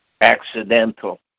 accidental